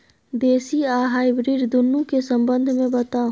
देसी आ हाइब्रिड दुनू के संबंध मे बताऊ?